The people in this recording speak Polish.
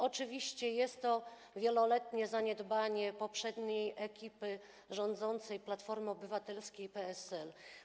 Oczywiście jest to wieloletnie zaniedbanie poprzedniej ekipy rządzącej Platformy Obywatelskiej i PSL.